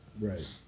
right